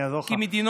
אני אעזור לך.